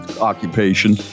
occupation